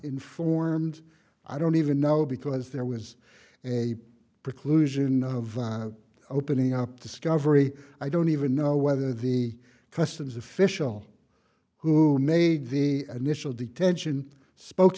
informed i don't even know because there was a preclusion of opening up discovery i don't even know whether the customs official who made the initial detention spoke